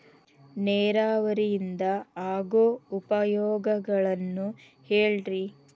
ನೇರಾವರಿಯಿಂದ ಆಗೋ ಉಪಯೋಗಗಳನ್ನು ಹೇಳ್ರಿ